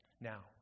now